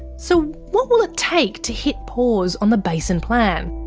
so what will it take to hit pause on the basin plan?